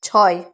ছয়